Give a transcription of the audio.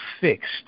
fixed